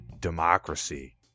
democracy